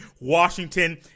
Washington